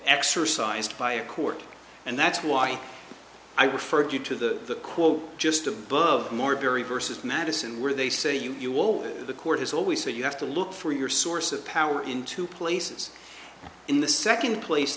exercised by a court and that's why i referred you to the quote just above more barry versus madison where they say you will the court has always said you have to look for your source of power in two places in the second place